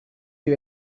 you